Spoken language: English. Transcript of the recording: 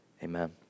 amen